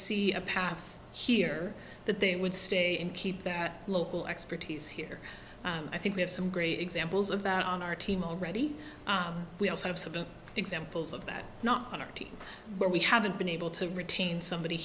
see a path here that they would stay and keep that local expertise here i think we have some great examples about on our team already we also have some examples of that not where we haven't been able to retain somebody